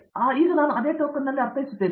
ಆದ್ದರಿಂದ ಈಗ ನಾನು ಅದೇ ಟೋಕನ್ನಲ್ಲಿ ಅರ್ಥೈಸುತ್ತೇನೆ